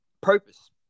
purpose